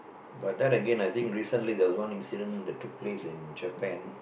but then Again I think recently there was one incident that took place in Japan